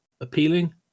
appealing